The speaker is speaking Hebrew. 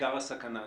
עיקר הסכנה.